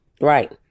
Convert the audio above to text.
Right